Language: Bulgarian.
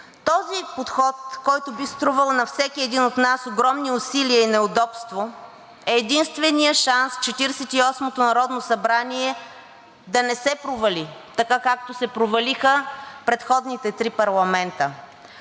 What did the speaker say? Този подход, който би струвал на всеки един от нас огромни усилия и неудобство, е единственият шанс Четиридесет и осмото народно събрание да не се провали, така както се провалиха предходните три парламента.